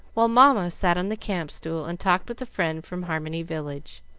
while mamma sat on the camp-stool and talked with a friend from harmony village.